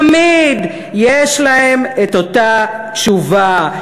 תמיד יש להם את אותה תשובה.